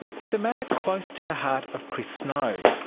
it's a matter close to the heart of chris snow.